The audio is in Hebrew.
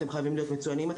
אתם חייבים להיות מצוינים,